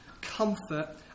comfort